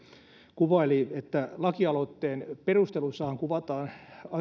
kuvaili että lakialoitteen perusteluissahan kuvataan